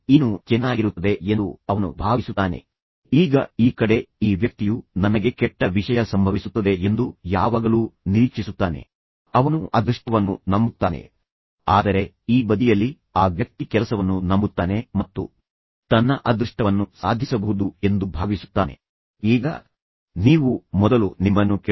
ಈಗ ರಸ್ಸೆಲ್ ಸೂಚಿಸಿದಂತೆ ನೀವು ಅವರ ಅನುಮತಿಯಿಲ್ಲದೆ ಪಟ್ಟಿಯನ್ನು ವಿನಿಮಯ ಮಾಡಿಕೊಳ್ಳಬಹುದು ಆ ಸಮಯದಲ್ಲಿ ಇರುವ ಒತ್ತಡದ ಮಟ್ಟವನ್ನು ಅವಲಂಬಿಸಿ ಮತ್ತು ನಂತರ ಪರಸ್ಪರ ತೋರಿಸಿ ಐದು ಅಂಶಗಳ ಬಗ್ಗೆ ಗಮನಿಸಿ